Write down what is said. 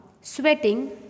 sweating